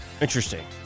Interesting